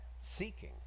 seeking